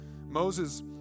Moses